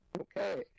Okay